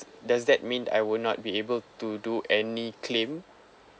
does that mean I would not be able to do any claim